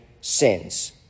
sins